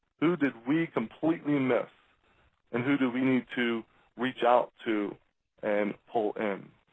who did we completely miss and who do we need to reach out to and pull in.